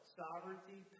sovereignty